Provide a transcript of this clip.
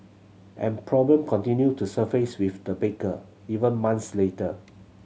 and problem continued to surface with the baker even months later